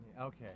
Okay